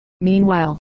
meanwhile